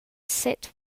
sit